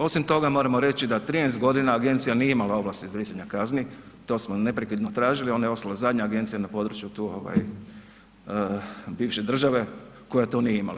Osim toga moramo reći da 13 godina agencija nije imala ovlasti izricanja kazni, to smo neprekidno tražili, ona je ostala zadnja agencija na području tu ovaj bivše države koja to nije imala.